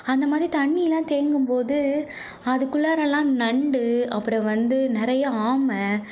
அந்த மாதிரி தண்ணியெலாம் தேங்கும் போது அதுக்குள்ளாறயெலாம் நண்டு அப்புறம் வந்து நிறைய ஆமை